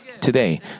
Today